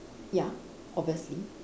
ya obviously